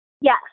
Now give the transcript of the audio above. Yes